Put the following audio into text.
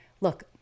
look